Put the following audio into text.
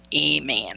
Amen